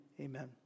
amen